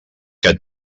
que